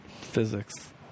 Physics